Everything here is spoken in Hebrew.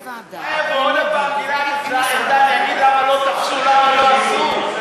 עוד פעם גלעד ארדן יגיד למה לא תפסו ולמה לא עשו?